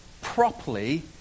properly